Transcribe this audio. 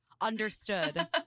understood